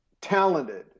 Talented